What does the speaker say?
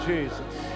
Jesus